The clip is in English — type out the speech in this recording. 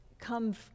come